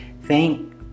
thank